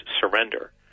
surrender